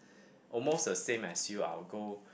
almost the same as you I'll go